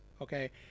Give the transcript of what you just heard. Okay